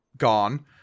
gone